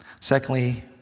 Secondly